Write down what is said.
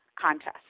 contest